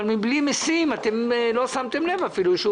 אבל מבלי משים לא שמתם לב אפילו שהוא